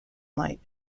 light